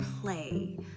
play